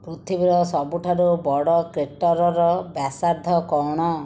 ପୃଥିବୀର ସବୁଠାରୁ ବଡ଼ କ୍ରେଟର୍ର ବ୍ୟାସାର୍ଦ୍ଧ କ'ଣ